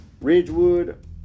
Ridgewood